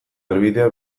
helbidea